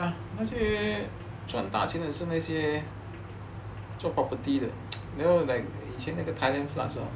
ya 那些赚大钱的是那些做 property 的 you know like 以前那个 thailand floods hor